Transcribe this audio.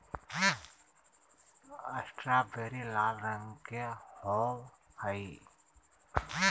strawberry लाल रंग के होव हई